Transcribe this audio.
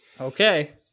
Okay